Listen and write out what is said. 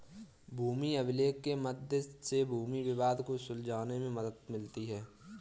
भूमि अभिलेख के मध्य से भूमि विवाद को सुलझाने में मदद मिलती है